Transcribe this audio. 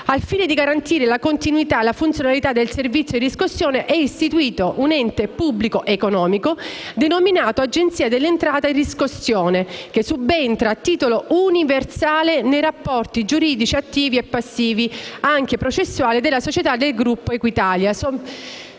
"al fine di garantire la continuità e la funzionalità delle attività di riscossione, è istituito un ente pubblico economico, denominato «Agenzia delle entrate-Riscossione»" che "subentra, a titolo universale, nei rapporti giuridici attivi e passivi, anche processuali, della società del Gruppo Equitalia".